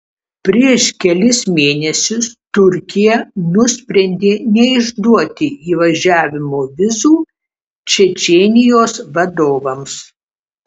prieš kelis mėnesius turkija nusprendė neišduoti įvažiavimo vizų čečėnijos vadovams